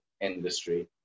industry